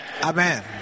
Amen